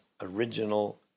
original